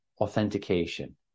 authentication